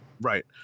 Right